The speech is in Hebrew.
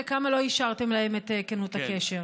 ולכמה לא אישרתם את כנות הקשר?